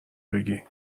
بگی